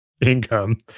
income